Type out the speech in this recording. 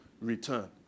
return